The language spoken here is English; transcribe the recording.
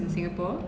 mm